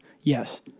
yes